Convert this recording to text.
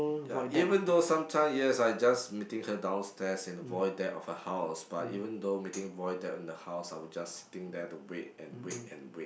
ya even though sometime yes I just meeting her downstairs in the void deck of her house but even though meeting void deck in the house I will just sitting there to wait and wait and wait